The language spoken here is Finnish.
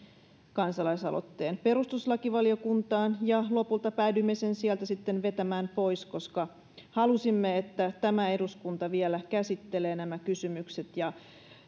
kansalaisaloitteen perustuslakivaliokuntaan lopulta päädyimme sen sieltä sitten vetämään pois koska halusimme että tämä eduskunta vielä käsittelee nämä kysymykset ja